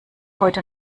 heute